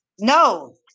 No